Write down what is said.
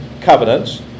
covenants